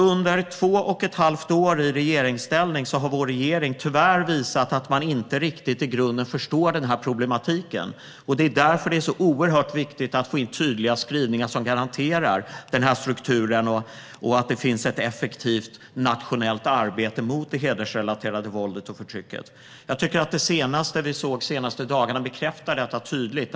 Under två och ett halvt år i regeringsställning har vår regering tyvärr visat att man inte riktigt i grunden förstår den här problematiken. Det är därför det är så oerhört viktigt att få in tydliga skrivningar som garanterar denna struktur och att det finns ett effektivt nationellt arbete mot det hedersrelaterade våldet och förtrycket. Jag tycker att det vi sett de senaste dagarna bekräftar detta tydligt.